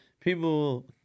people